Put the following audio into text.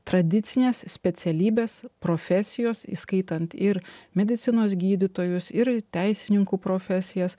tradicinės specialybės profesijos įskaitant ir medicinos gydytojus ir teisininkų profesijas